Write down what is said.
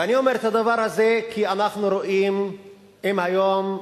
ואני אומר את הדבר הזה כי אנחנו רואים שאם היום,